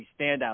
standout